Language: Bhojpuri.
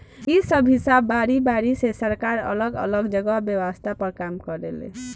इ सब हिसाब बारी बारी से सरकार अलग अलग जगह व्यवस्था कर के काम करेले